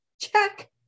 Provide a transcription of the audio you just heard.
check